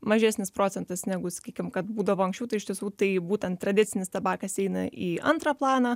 mažesnis procentas negu sakykim kad būdavo anksčiau tai iš tiesų tai būtent tradicinis tabakas eina į antrą planą